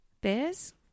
bears